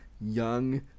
young